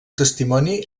testimoni